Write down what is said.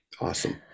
Awesome